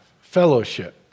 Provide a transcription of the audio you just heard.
fellowship